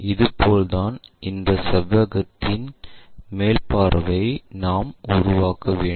இது போல்தான் இந்த செவ்வகத்தின் மேல் பார்வையை நாம் உருவாக்க வேண்டும்